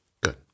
Good